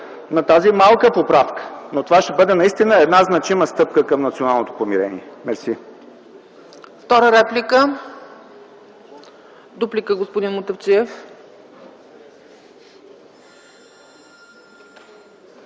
на тази малка поправка, но това ще бъде наистина значима стъпка към националното помирение. Мерси.